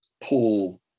Paul